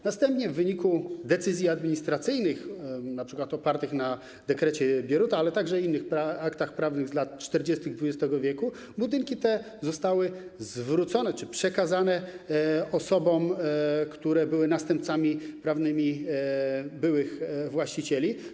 Następnie w wyniku decyzji administracyjnych, np. opartych na dekrecie Bieruta, ale także innych aktach prawnych z lat 40. XX w., budynki te zostały zwrócone czy przekazane osobom, które były następcami prawnymi byłych właścicieli.